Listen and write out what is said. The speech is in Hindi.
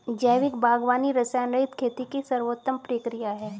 जैविक बागवानी रसायनरहित खेती की सर्वोत्तम प्रक्रिया है